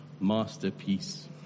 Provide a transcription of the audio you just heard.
masterpiece